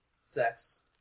sex